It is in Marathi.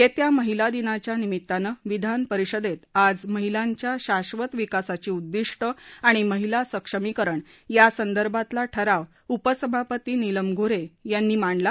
येत्या महिला दिनाच्या निमित्तानं विधानपरिषदेत आज महिलांच्या शाधत विकासाची उद्दिष्ट आणि महिला सक्षमीकरण यासंदर्भातला ठराव उपसभापती नीलम गो हे यांनी विधानपरिषदेत मांडला